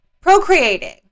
procreating